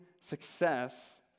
success